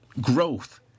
Growth